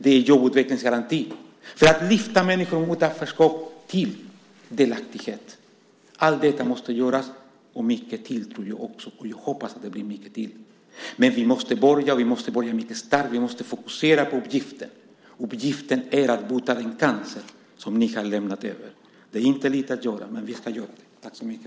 Det är jobbutvecklingsgaranti för att lyfta människor ur utanförskap till delaktighet. Allt detta måste göras och mycket därutöver, tror jag, och jag hoppas att det blir mycket mer. Men vi måste börja, och vi måste börja mycket starkt. Vi måste fokusera på uppgiften. Och uppgiften är att bota den cancer som ni har lämnat över. Det är inte lite att göra, men vi ska göra det.